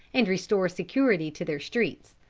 and restore security to their streets.